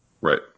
Right